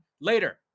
later